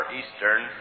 eastern